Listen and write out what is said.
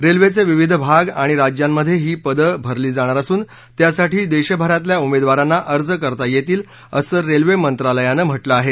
रेल्वेचे विविध भाग आणि राज्यांमध्ये ही पदं भरली जाणार असून त्यासाठी देशभरातल्या उमेदवारांना अर्ज करता येतील असं रेल्वे मंत्रालयानं म्हटलं आहे